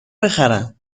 بخرم